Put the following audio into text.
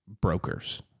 brokers